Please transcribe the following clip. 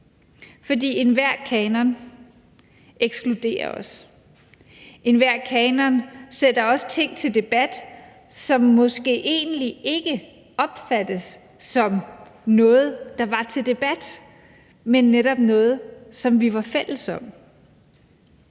For enhver kanon ekskluderer også, enhver kanon sætter også ting til debat, som måske egentlig ikke opfattes som noget, der var til debat, men netop noget, som vi var fælles om.